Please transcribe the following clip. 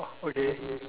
oh okay